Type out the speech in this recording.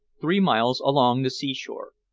three miles along the sea-shore.